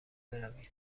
بروید